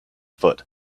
foot